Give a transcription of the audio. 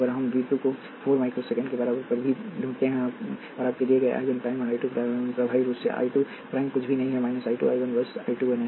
और हम वी 2 को 4 माइक्रो सेकेंड के बराबर पर भी ढूंढते हैं और आपके दिए गए I 1 प्राइम और I 2 प्राइम प्रभावी रूप से I 2 प्राइम कुछ भी नहीं है I 2 और I 1 प्राइम बस I 1 है